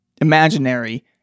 imaginary